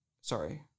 Sorry